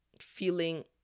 feeling